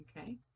Okay